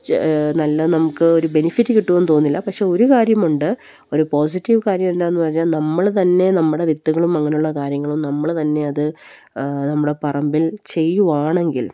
നല്ലത് നമുക്കൊരു ബെനിഫിറ്റ് കിട്ടുമെന്ന് തോന്നുന്നില്ല പക്ഷെ ഒരു കാര്യമുണ്ട് ഒരു പോസിറ്റീവ് കാര്യമെന്താണെന്ന് പറഞ്ഞാല് നമ്മള് തന്നെ നമ്മുടെ വിത്തുകളും അങ്ങനെയുള്ള കാര്യങ്ങളും നമ്മള് തന്നെ അത് നമ്മുടെ പറമ്പിൽ ചെയ്യുകയാണെങ്കിൽ